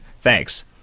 Thanks